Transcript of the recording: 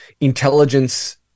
Intelligence